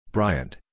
Bryant